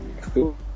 Cool